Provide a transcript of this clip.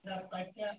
ନା ପାଇପ୍